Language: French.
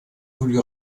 voulu